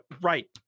Right